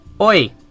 Oi